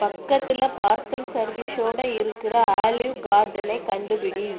பக்கத்தில் பார்சல் சர்வீஸோடு இருக்கிற ஆலிவ் கார்டனை கண்டுபிடி